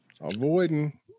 Avoiding